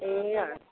ए हजुर